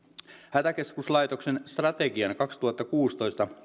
hätäkeskuslaitoksen strategia kaksituhattakuusitoista